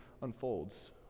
unfolds